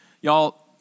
Y'all